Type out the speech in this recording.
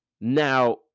Now